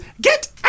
Get